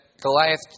Goliath